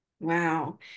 Wow